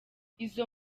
izo